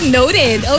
Noted